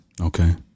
Okay